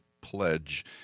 pledge